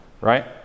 Right